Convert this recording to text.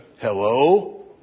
Hello